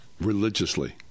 Religiously